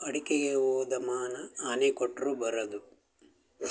ಅಡಿಕೆಗೆ ಹೋದ ಮಾನ ಆನೆ ಕೊಟ್ಟರೂ ಬರದು